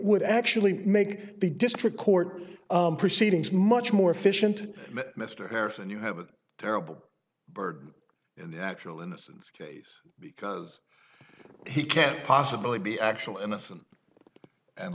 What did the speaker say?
would actually make the district court proceedings much more efficient mr harris and you have a terrible burden in the actual innocence case because he can't possibly be actual innocent